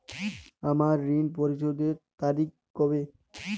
আমার ঋণ পরিশোধের তারিখ কবে?